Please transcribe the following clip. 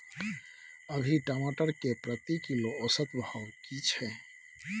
अभी टमाटर के प्रति किलो औसत भाव की छै?